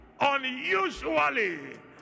unusually